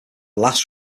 last